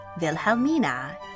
Wilhelmina